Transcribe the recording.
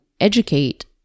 educate